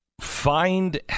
find